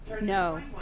No